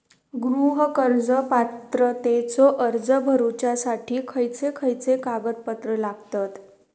गृह कर्ज पात्रतेचो अर्ज भरुच्यासाठी खयचे खयचे कागदपत्र लागतत?